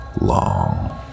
long